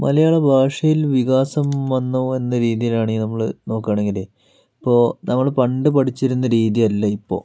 മലയാള ഭാഷയിൽ വികാസം വന്നോ എന്ന രീതിയിലാണെങ്കിൽ നമ്മൾ നോക്കുകയാണെങ്കിൽ ഇപ്പോൾ നമ്മൾ പണ്ട് പഠിച്ചിരുന്ന രീതിയല്ല ഇപ്പോൾ